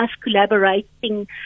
collaborating